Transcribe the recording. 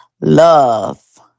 Love